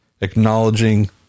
acknowledging